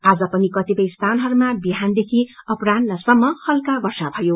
आज पनि कतिपय स्थानहरूमा बिहानदेखि अपरहान्नसम्म हल्का वर्षा भयो